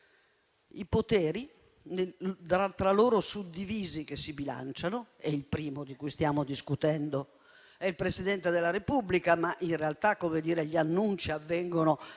i poteri tra loro suddivisi che si bilanciano. Il primo di cui stiamo discutendo è il Presidente della Repubblica, ma in realtà gli annunci avvengono